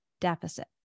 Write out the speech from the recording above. deficit